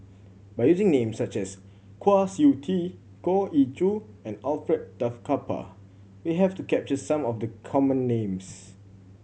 by using names such as Kwa Siew Tee Goh Ee Choo and Alfred Duff Cooper we have to capture some of the common names